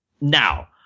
now